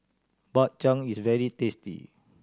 Bak Chang is very tasty